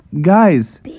guys